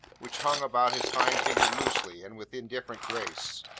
which hung about his fine figure loosely, and with indifferent grace.